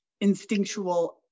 instinctual